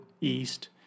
east